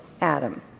Adam